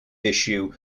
issue